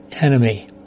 enemy